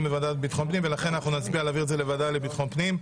--- אנחנו נצביע על העברה לוועדה לביטחון פנים.